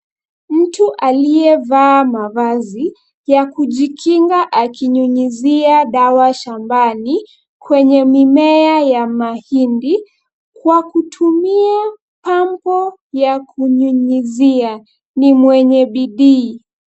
Mtu aliyevaa mavazi, ya kujikinga akinyunyizia dawa shambani, kwenye mimea ya mahindi, kwa kutumia pampu ya kunyunyizia, ni mwenye bidii.